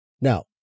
Now